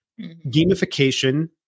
gamification